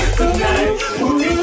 tonight